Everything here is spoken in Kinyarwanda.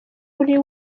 uri